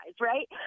right